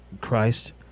Christ